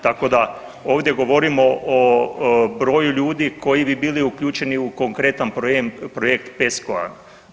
Tako da ovdje govorimo o broju ljudi koji bi bili uključeni u konkretan projekt PESCO-a.